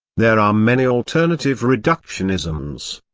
there are many alternative reductionisms.